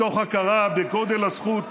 מתוך הכרה בגודל הזכות,